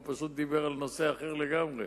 הוא פשוט דיבר על נושא אחר לגמרי.